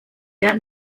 der